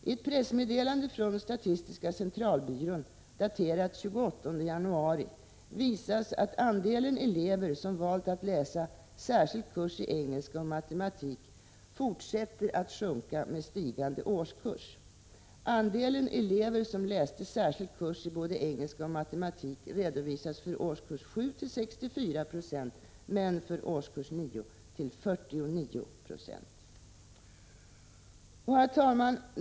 I ett pressmeddelande från SCB daterat den 28 januari visas att andelen elever som valt att läsa särskild kurs i engelska och matematik fortsätter att sjunka med stigande årskurs. Andelen elever som läste särskild kurs i både engelska och matematik redovisas för årskurs 7 till 64 96 men för årskurs 9 till 49 90. Herr talman!